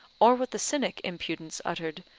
or what the cynic impudence uttered,